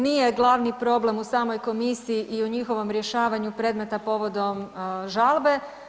Nije glavni problem u samoj komisiji i u njihovom rješavanju predmeta povodom žalbe.